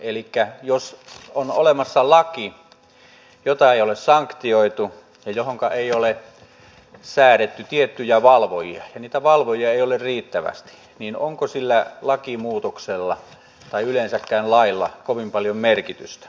elikkä jos on olemassa laki jota ei ole sanktioitu ja johonka ei ole säädetty tiettyjä valvojia ja niitä valvojia ei ole riittävästi niin onko sillä lakimuutoksella tai yleensäkään lailla kovin paljon merkitystä